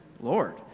Lord